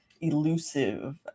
elusive